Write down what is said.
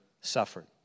suffered